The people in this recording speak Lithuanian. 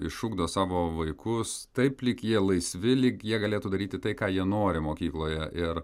išugdo savo vaikus taip lyg jie laisvi lyg jie galėtų daryti tai ką jie nori mokykloje ir